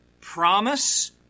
promise